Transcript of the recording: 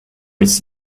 its